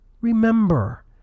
Remember